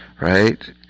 right